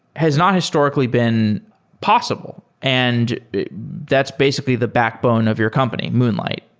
has not historically been possible, and that's basically the backbone of your company, moonlight.